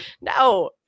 no